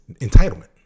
entitlement